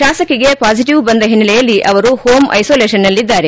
ಶಾಸಕಿಗೆ positive ಬಂದ ಹಿನ್ನೆ ಲೆಯಲ್ಲಿ ಅವರು ಹೋಂ ಐಸೋಲೇಷನ್ನಲ್ಲಿದ್ದಾರೆ